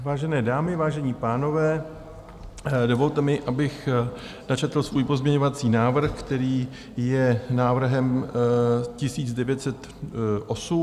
Vážené dámy, vážení pánové, dovolte mi, abych načetl svůj pozměňovací návrh, který je návrhem 1908.